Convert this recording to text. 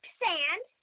sand